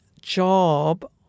job